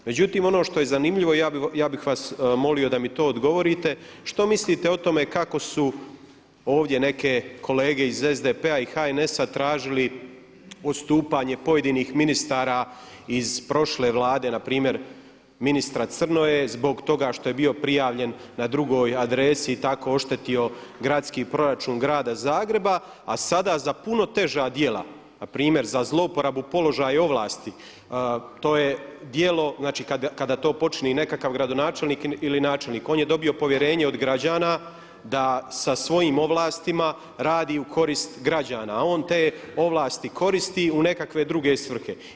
Međutim, ono što je zanimljivo ja bih vas molio da mi to odgovorite što mislite o tome kako su ovdje neke kolege iz SDP-a i HNS-a tražili odstupanje pojedinih ministara iz prošle Vlade na primjer ministra Crnoje zbog toga što je bio prijavljen na drugoj adresi i tako oštetio gradski proračun grada Zagreba, a sada za puno teža djela, na primjer za zlouporabu položaja i ovlasti to je djelo, znači kada to počini nekakav gradonačelnik ili načelnik on je dobio povjerenje od građana da sa svojim ovlastima radi u korist građana, a on te ovlasti koristi u nekakve druge svrhe.